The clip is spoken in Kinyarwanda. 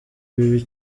bibi